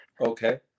Okay